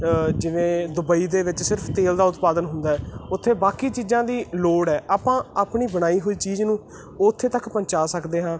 ਜਿਵੇਂ ਦੁਬਈ ਦੇ ਵਿੱਚ ਸਿਰਫ ਤੇਲ ਦਾ ਉਤਪਾਦਨ ਹੁੰਦਾ ਉੱਥੇ ਬਾਕੀ ਚੀਜ਼ਾਂ ਦੀ ਲੋੜ ਹੈ ਆਪਾਂ ਆਪਣੀ ਬਣਾਈ ਹੋਈ ਚੀਜ਼ ਨੂੰ ਉੱਥੇ ਤੱਕ ਪਹੁੰਚਾ ਸਕਦੇ ਹਾਂ